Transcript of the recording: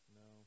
no